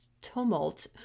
tumult